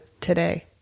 today